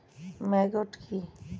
Maggot কি?